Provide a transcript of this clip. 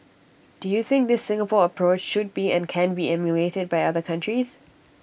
do you think this Singapore approach should be and can be emulated by other countries